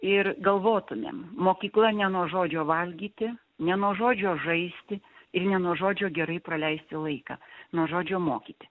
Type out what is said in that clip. ir galvotumėm mokykla ne nuo žodžio valgyti ne nuo žodžio žaisti ir ne nuo žodžio gerai praleisi laiką nuo žodžio mokyti